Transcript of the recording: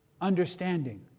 understanding